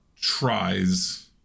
tries